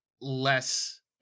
less –